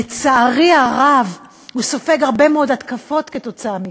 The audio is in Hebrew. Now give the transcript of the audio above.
לצערי הרב, הוא סופג הרבה מאוד התקפות כתוצאה מכך.